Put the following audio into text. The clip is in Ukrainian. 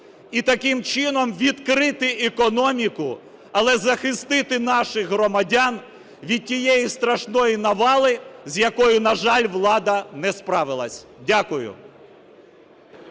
і таким чином відкрити економіку, але захистити наших громадян від тієї страшної навали з якою, на жаль, влада не справилась. Дякую.